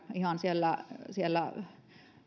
ihan siellä siellä